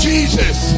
Jesus